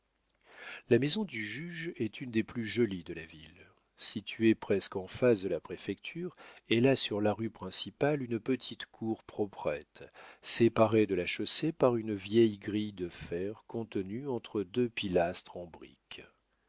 la maison du juge est une des plus jolies de la ville située presqu'en face de la préfecture elle a sur la rue principale une petite cour proprette séparée de la chaussée par une vieille grille de fer contenue entre deux pilastres en brique